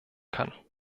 kann